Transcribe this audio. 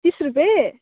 तिस रुपियाँ